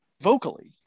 vocally